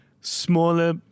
smaller